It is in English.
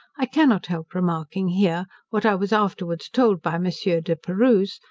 i cannot help remarking here, what i was afterwards told by monsieur de perrouse,